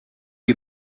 you